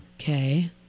Okay